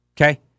okay